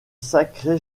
sacré